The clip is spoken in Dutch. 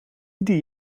ieder